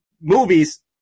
movies